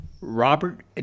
Robert